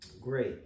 Great